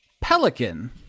pelican